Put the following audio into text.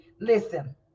listen